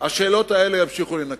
השאלות האלה ימשיכו לנקר.